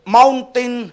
mountain